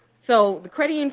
so the credit union